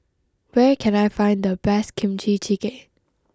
where can I find the best Kimchi Jjigae